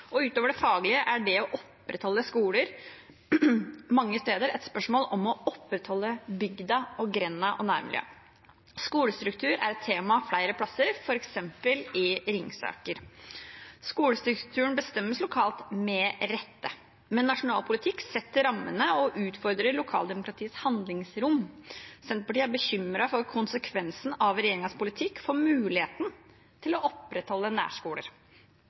og utover det faglige er det å opprettholde skoler mange steder et spørsmål om å opprettholde bygda, grenda og nærmiljøet. Skolestruktur er et tema flere plasser, f.eks. i Ringsaker. Skolestrukturen bestemmes lokalt, med rette, men nasjonal politikk setter rammene og utfordrer lokaldemokratiets handlingsrom. Senterpartiet er bekymret for konsekvensen av regjeringens politikk for muligheten til å opprettholde nærskoler.